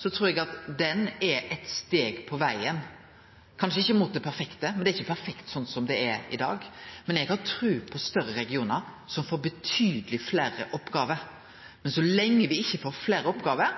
trur eg at ho er eit steg på vegen – kanskje ikkje mot det perfekte, men det er ikkje perfekt slik det er i dag. Eg har tru på større regionar som får betydeleg fleire oppgåver. Men så lenge me ikkje får fleire oppgåver,